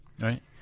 Right